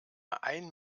ein